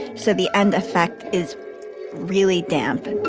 so the end effect is really damp and